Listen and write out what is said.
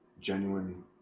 genuine